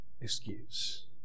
excuse